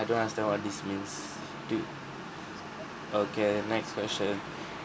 I don't understand what this means do okay next question